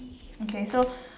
okay so